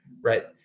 right